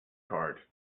card